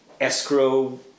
escrow